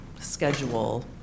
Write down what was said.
schedule